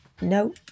no